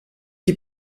die